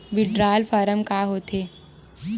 Withdrawal form का होथे?